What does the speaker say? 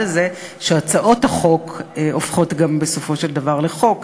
הזה שהצעות החוק הופכות גם בסופו של דבר לחוק,